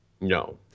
No